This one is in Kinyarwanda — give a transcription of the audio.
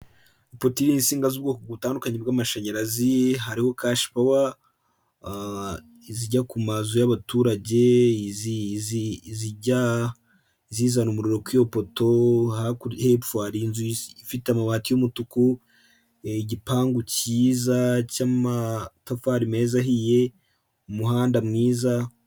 Poto iriho insinga z'ubwoko butandukanye bw'amashanyarazi hariho kashipawa: izijya ku mazu y'abaturage; izijya zizana umuriro ku iyopoto hepfo hari inzu ifite amabati y'umutuku igipangu cyiza cy'amatafari meza ahiye umuhanda mwiza,